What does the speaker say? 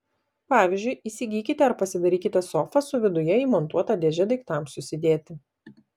pavyzdžiui įsigykite ar pasidarykite sofą su viduje įmontuota dėže daiktams susidėti